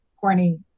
corny